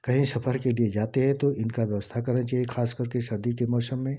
कहीं सफर के लिए जाते हैं तो इनका व्यवस्था करना चाहिए ख़ास करके सर्दी के मौसम में